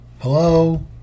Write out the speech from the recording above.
Hello